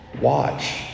Watch